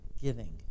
Giving